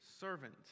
servant